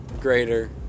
greater